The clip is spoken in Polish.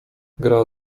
gra